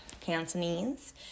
Cantonese